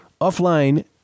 Offline